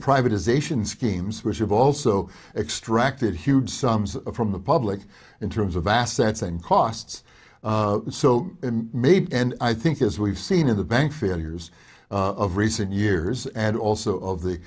privatization schemes which have also extracted huge sums from the public in terms of assets and costs so maybe and i think as we've seen in the bank failures of recent years and also of the